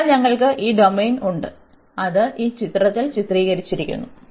അതിനാൽ ഞങ്ങൾക്ക് ഈ ഡൊമെയ്ൻ ഉണ്ട് അത് ഈ ചിത്രത്തിൽ ചിത്രീകരിച്ചിരിക്കുന്നു